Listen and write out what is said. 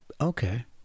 Okay